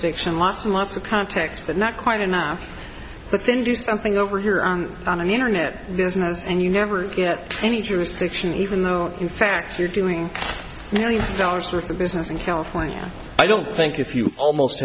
diction lots and lots of context but not quite enough but then do something over here on an internet business and you never get any jurisdiction even though in fact you're doing now he's hours worth of business in california i don't think if you almost